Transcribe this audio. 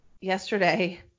yesterday